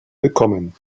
willkommen